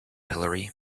hillary